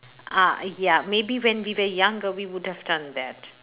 ah ya maybe when we were younger we would have done that